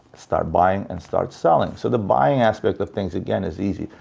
start buying and start selling. so, the buying aspect of things, again, is easy.